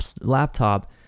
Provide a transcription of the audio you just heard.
laptop